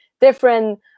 different